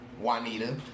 Juanita